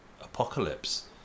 apocalypse